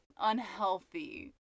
unhealthy